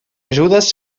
ajudes